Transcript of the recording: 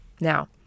now